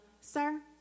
sir